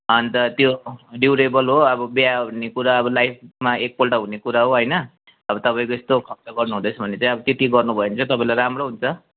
अन्त त्यो डिउरेबल हो अब बिहा भन्ने कुरा अब लाइफमा एकपल्ट हुने कुरा हो होइन अब तपाईँको यस्तो खर्च गर्नु हुँदैछ भने चाहिँ अब त्यति गर्नु भयो भने चाहिँ तपाईँलाई राम्रो हुन्छ